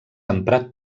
emprat